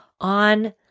on